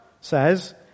says